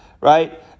right